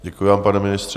Děkuji vám, pane ministře.